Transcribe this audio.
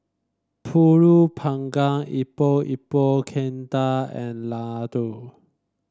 pulut panggang Epok Epok Kentang and laddu